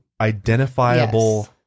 identifiable